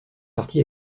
partie